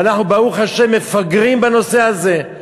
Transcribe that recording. ואנחנו, ברוך השם, מפגרים בנושא הזה.